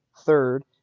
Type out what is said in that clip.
third